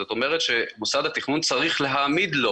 זאת אומרת שמוסד התכנון צריך להעמיד לו